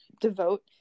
devote